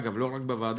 אגב לא רק בוועדה,